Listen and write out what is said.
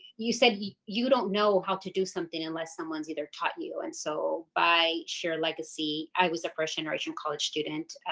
you said you you don't know how to do something unless someone's either taught you and so by share legacy i was a first generation college student.